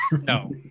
no